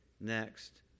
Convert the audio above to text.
next